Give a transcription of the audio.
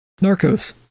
Narcos